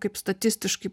kaip statistiškai